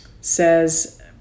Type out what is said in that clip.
says